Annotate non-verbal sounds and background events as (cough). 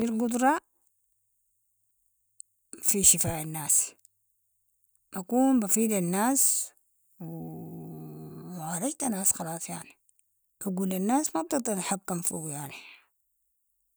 - القدرة في شفاء الناس، اكون بفيد الناس و (hesitation) و عالجت الناس خلاص يعني، عقول الناس ما بتقدر تتحكم فوقو يعني.